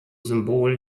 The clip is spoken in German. symbol